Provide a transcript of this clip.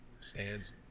stands